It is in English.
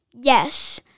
Yes